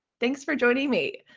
thanks for joining me.